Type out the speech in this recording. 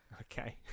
okay